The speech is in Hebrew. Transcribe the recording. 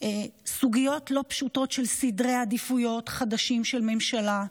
סוגיות לא פשוטות של סדרי עדיפויות חדשים של הממשלה,